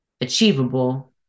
achievable